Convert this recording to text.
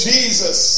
Jesus